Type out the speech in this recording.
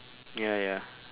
ya lah ya